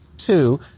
Two